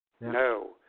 No